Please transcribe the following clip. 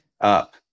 up